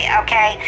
okay